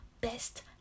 best